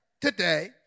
today